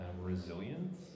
resilience